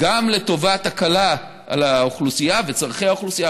גם לטובת הקלה על האוכלוסייה וצורכי האוכלוסייה,